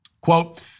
Quote